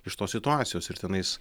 iš tos situacijos ir tenais